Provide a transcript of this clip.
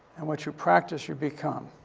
and what you practice, you become.